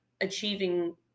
achieving